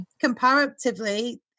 comparatively